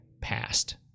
past